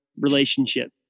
relationship